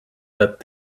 that